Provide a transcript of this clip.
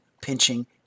pinching